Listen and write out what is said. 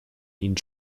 ihn